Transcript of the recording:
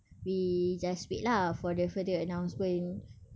we just wait lah for the further announcement